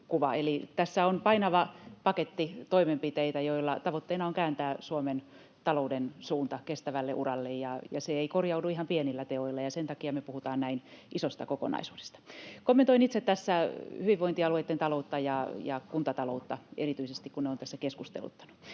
tässä on painava paketti toimenpiteitä, joiden tavoitteena on kääntää Suomen talouden suunta kestävälle uralle. Se ei korjaudu ihan pienillä teoilla, ja sen takia me puhutaan näin isosta kokonaisuudesta. Kommentoin itse tässä hyvinvointialueitten taloutta ja kuntataloutta erityisesti, kun ne ovat tässä keskusteluttaneet.